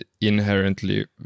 inherently